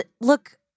look